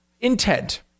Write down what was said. Intent